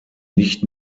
nicht